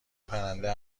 پرنده